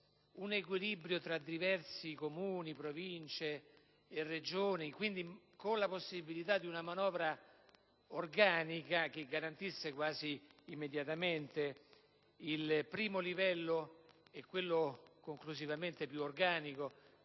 un equilibrio tra diversi Comuni, Province e Regioni, con la possibilità di una manovra organica che garantisse quasi immediatamente il primo livello e quello conclusivamente più organico